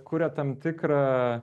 kuria tam tikrą